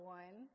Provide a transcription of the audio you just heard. one